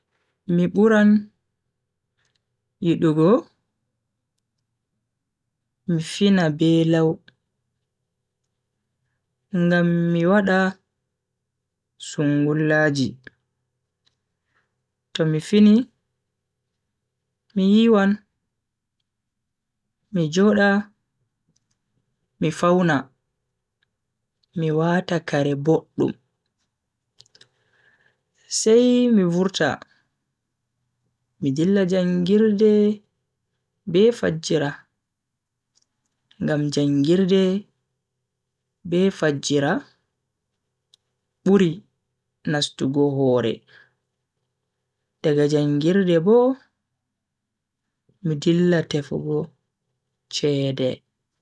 Mi buran yidugo mi fina be lau ngam mi wada sungullaji. to mi fini mi yiwan, mi joda mi fauna mi wata kare boddum. sai mi vurta mi dilla jangirde be fajjira. ngam jangirde be fajjira buri nastugo hore. daga jangirde Bo mi dilla tefugo chede.